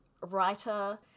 writer